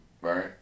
right